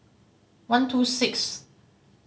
one two six